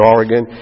Oregon